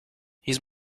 he’s